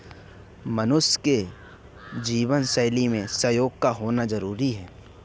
मनुष्य की जीवन शैली में सहयोग का होना जरुरी है